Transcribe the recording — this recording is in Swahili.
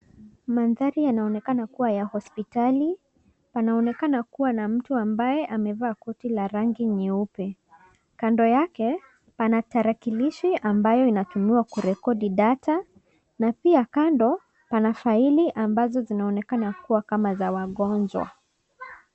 Mandhari yanaonekana kuwa ya hospitali. Panaonekana kuwa na mtu ambaye amevaa koti la rangi nyeupe. Kando yake, pana tarakilishi ambayo inatumiwa kurekodi data. Na pia, kando pana faili ambazo zinaonekana kuwa kama za wagonjwa.